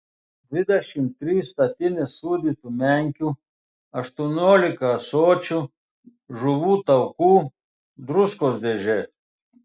dvidešimt trys statinės sūdytų menkių aštuoniolika ąsočių žuvų taukų druskos dėžė